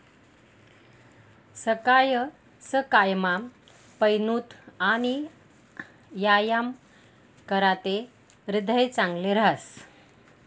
सकाय सकायमा पयनूत आणि यायाम कराते ह्रीदय चांगलं रहास